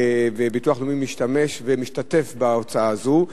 והביטוח הלאומי משתתף בהוצאה הזו.